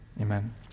Amen